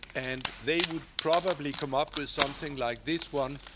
and they would probably come up with something like this one,